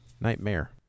Nightmare